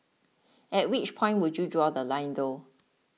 at which point would you draw The Line though